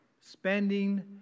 Spending